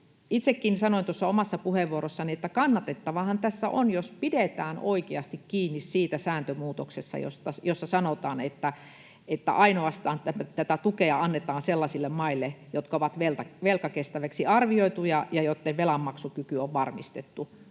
itsekin sanoin tuossa omassa puheenvuorossani, että kannatettavaahan tässä on, jos pidetään oikeasti kiinni siitä sääntömuutoksesta, jossa sanotaan, että tätä tukea annetaan ainoastaan sellaisille maille, jotka ovat velkakestäviksi arvioituja ja joitten velanmaksukyky on varmistettu.